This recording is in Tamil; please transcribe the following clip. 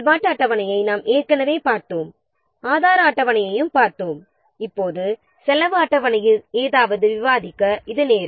செயல்பாட்டு அட்டவணையை நாம் ஏற்கனவே பார்த்தோம் ஆதார அட்டவணையையும் பார்த்தோம் இப்போது செலவு அட்டவணையில் ஏதாவது விவாதிக்க வேண்டும்